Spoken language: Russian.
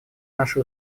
наши